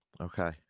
Okay